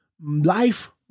life